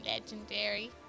legendary